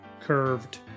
curved